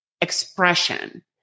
expression